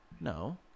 No